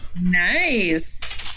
Nice